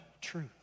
truth